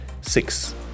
six